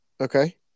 Okay